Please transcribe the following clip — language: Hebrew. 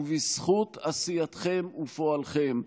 ובזכות עשייתכם ופועלכם,